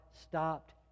stopped